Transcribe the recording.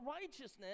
righteousness